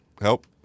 Help